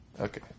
Okay